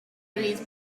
his